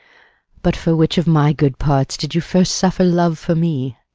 but for which of my good parts did you first suffer love for me?